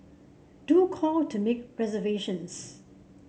do call to make reservations